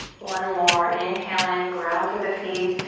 one more, inhale in, ground through the feet,